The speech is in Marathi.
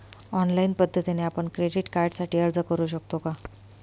ऑनलाईन पद्धतीने आपण क्रेडिट कार्डसाठी अर्ज करु शकतो का?